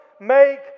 make